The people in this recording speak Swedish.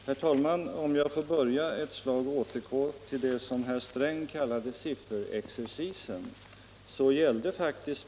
Herr talman! Jag vill börja med att återgå ett slag till det som herr Sträng kallade sifferexercis.